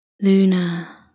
Luna